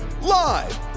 live